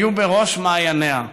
היו בראש מעייניה.